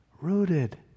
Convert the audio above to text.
rooted